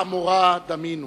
לעמורה דמינו".